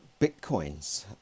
bitcoins